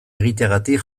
egiteagatik